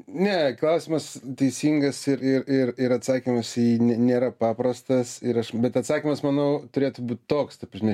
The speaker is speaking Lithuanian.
ne klausimas teisingas ir ir ir ir atsakymas į jį nėra paprastas ir bet atsakymas manau turėtų būt toks ta prasme